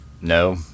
no